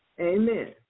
Amen